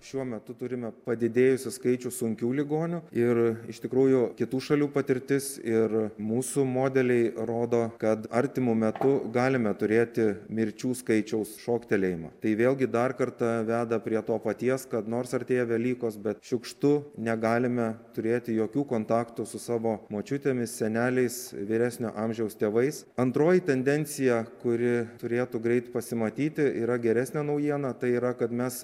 šiuo metu turime padidėjusį skaičių sunkių ligonių ir iš tikrųjų kitų šalių patirtis ir mūsų modeliai rodo kad artimu metu galime turėti mirčių skaičiaus šoktelėjimą tai vėlgi dar kartą veda prie to paties kad nors artėja velykos bet šiukštu negalime turėti jokių kontaktų su savo močiutėmis seneliais vyresnio amžiaus tėvais antroji tendencija kuri turėtų greit pasimatyti yra geresnė naujiena tai yra kad mes